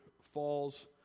falls